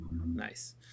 Nice